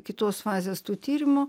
kitos fazės tų tyrimų